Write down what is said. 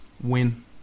win